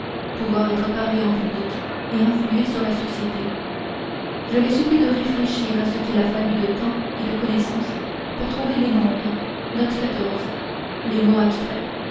pouvoir être parlée en public et influer sur la société je les supplie de réfléchir à ce qu'il a fallu de temps et de connaissances pour trouver les nombres les mots abstraits